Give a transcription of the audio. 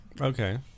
Okay